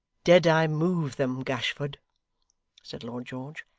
did i move them, gashford said lord george.